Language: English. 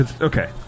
Okay